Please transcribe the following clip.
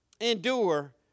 endure